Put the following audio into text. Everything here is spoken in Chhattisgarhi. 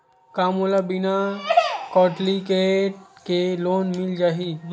का मोला बिना कौंटलीकेट के लोन मिल जाही?